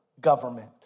government